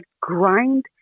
grind